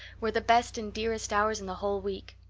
were the best and dearest hours in the whole week.